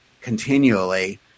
continually